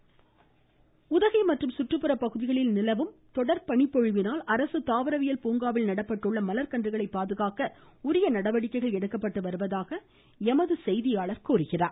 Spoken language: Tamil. உதகை வாய்ஸ் உதகமண்டலம் மற்றும் சுற்றுப்புற பகுதிகளில் நிலவும்ட தொடர் பனிபொழிவினால் அரசு தாவரவியல் பூங்காவில் நடப்பட்டுள்ள மலர்கன்றுகளை பாதுகாக் உரிய நடவடிக்கைகள் எடுக்கப்பட்டு வருவதாக எமது செய்தியாளர் தெரிவிக்கிறார்